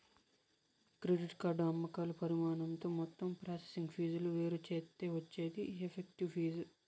credit card అమ్మకాల పరిమాణంతో మొత్తం ప్రాసెసింగ్ ఫీజులు వేరుచేత్తే వచ్చేదే ఎఫెక్టివ్ ఫీజు